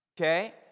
Okay